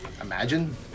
Imagine